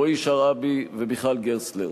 רועי שרעבי ומיכל גרסטלר.